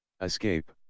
Escape